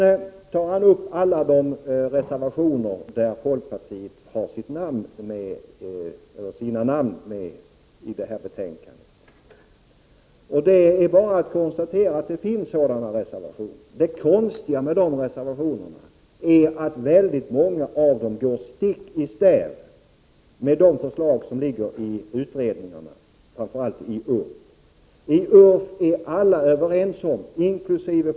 Kjell Johansson tar upp alla de reservationer i det här betänkandet där folkpartiet har sina namn med. Det är bara att konstatera att det finns sådana reservationer. Det konstiga med de reservationerna är att många av dem går stick i stäv mot de förslag som finns i utredningarna, framför allt i URPF. I URF är alla, inkl.